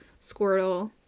Squirtle